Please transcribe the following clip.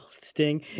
sting